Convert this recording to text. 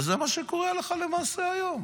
וזה מה שקורה הלכה למעשה היום.